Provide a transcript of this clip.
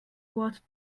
what